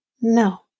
No